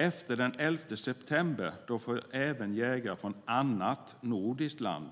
Efter den 11 september får även jägare från annat nordiskt land